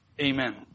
Amen